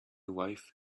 wife